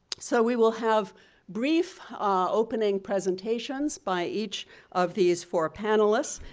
so we will have brief opening presentations by each of these four panelists,